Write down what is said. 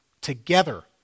together